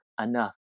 enough